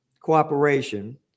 Cooperation